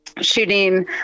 shooting